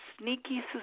sneaky